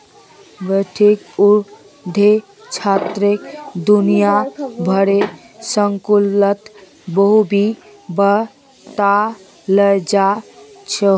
व्यष्टि अर्थशास्त्र दुनिया भरेर स्कूलत बखूबी बताल जा छह